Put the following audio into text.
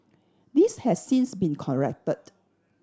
this has since been corrected